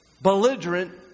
Belligerent